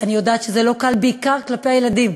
ואני יודעת שזה לא קל, בעיקר כלפי הילדים,